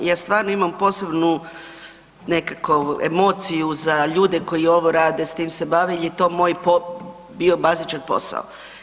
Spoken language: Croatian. Ja stvarno imam posebnu nekako emociju za ljude koji ovo rade, s tim se bave jer je to moj .../nerazumljivo/... bio bazičan posao.